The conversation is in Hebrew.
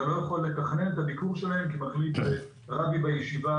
אתה לא יכול לתכנן את הביקור שלהם כי הרבי בישיבה